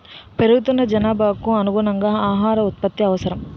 పెరుగుతున్న జనాభాకు అనుగుణంగా ఆహార ఉత్పత్తి అవసరం